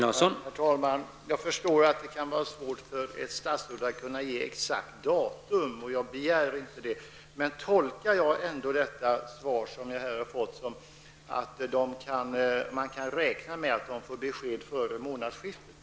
Herr talman! Jag kan förstå att det kan vara svårt för ett statsråd att ange ett exakt datum, och jag begärde det inte heller. Men kan jag ändå tolka det svar som jag har fått så, att man kan räkna med att de får besked före månadsskiftet?